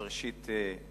ראשית,